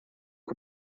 que